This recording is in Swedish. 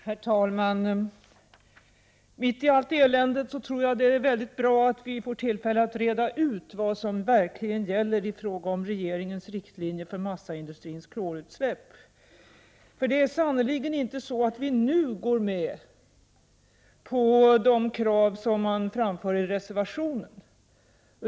Herr talman! Mitt i allt eländet tror jag att det är bra att vi får tillfälle att reda ut vad som verkligen gäller i fråga om regeringens riktlinjer för massaindustrins klorutsläpp. Vi går sannerligen inte nu med på de krav som man framför i reservationen.